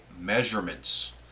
measurements